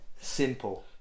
Simple